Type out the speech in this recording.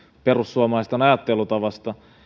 perussuomalaisten ajattelutavalle